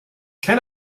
can